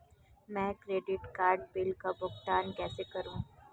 मैं credit card bill का भुगतान कैसे करूं?